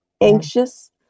anxious